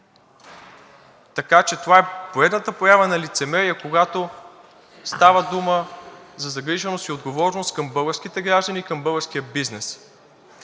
така че това е поредната проява на лицемерие, когато става дума за загриженост и отговорност към българските граждани, към българския бизнес.